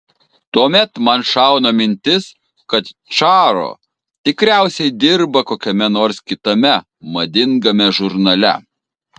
tuomet man šauna mintis kad čaro tikriausiai dirba kokiame nors kitame madingame žurnale